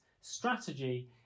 strategy